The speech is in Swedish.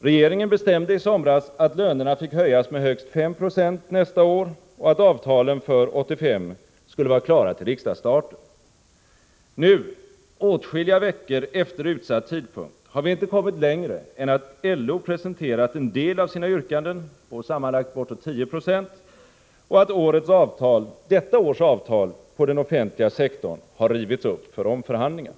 Regeringen bestämde i Nr 15 somras att lönerna fick höjas med högst 5 26 nästa år och att avtalen för 1985 Onsdagen den skulle vara klara till riksdagsstarten. Nu — åtskilliga veckor efter utsatt — 24 oktober 1984 tidpunkt — har vi inte kommit längre än att LO presenterat en del av sina yrkanden på sammanlagt bortåt 10 26 och att detta års avtal på den offentliga Allmänpolitisk sektorn har rivits upp för omförhandlingar.